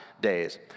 days